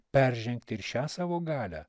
peržengti ir šią savo galią